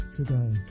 today